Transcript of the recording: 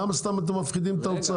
למה אתם סתם מפחידים את האוצר?